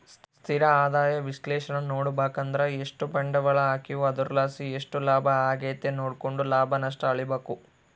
ಸ್ಥಿರ ಆದಾಯ ವಿಶ್ಲೇಷಣೇನಾ ನೋಡುಬಕಂದ್ರ ಎಷ್ಟು ಬಂಡ್ವಾಳ ಹಾಕೀವೋ ಅದರ್ಲಾಸಿ ಎಷ್ಟು ಲಾಭ ಆಗೆತೆ ನೋಡ್ಕೆಂಡು ಲಾಭ ನಷ್ಟ ಅಳಿಬಕು